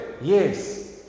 Yes